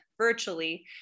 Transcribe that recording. virtually